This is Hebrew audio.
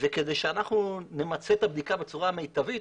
כדי שאנחנו נמצה את הבדיקה בצורה המיטבית,